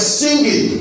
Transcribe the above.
singing